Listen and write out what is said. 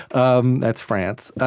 um that's france.